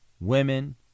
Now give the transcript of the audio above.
women